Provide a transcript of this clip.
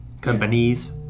companies